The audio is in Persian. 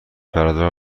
برادر